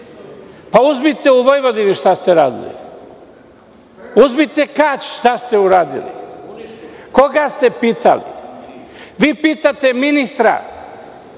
Uzmite u Vojvodini šta ste radili. Uzmite Kać šta ste radili. Koga ste pitali? Pitate ministra.